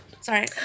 sorry